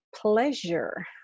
pleasure